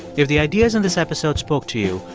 if the ideas in this episode spoke to you,